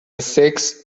سکس